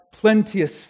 plenteous